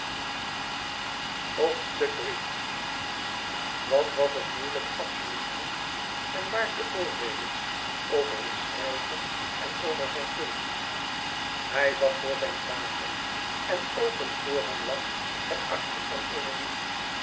wat was het moeilijk absoluut goed en waar te oordeelen over een schrijver en over zijn kunst hij zat voor zijn tafel en open voor hem lag het archief van emilie